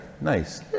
Nice